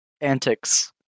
antics